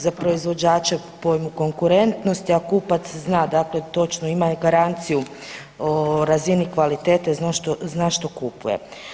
Za proizvođače po pojmu konkurentnosti, a kupac zna dakle točno imaju garanciju o razvijanju kvalitete, zna što kupuje.